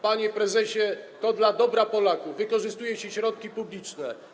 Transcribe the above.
Panie prezesie, to dla dobra Polaków wykorzystuje się środki publiczne.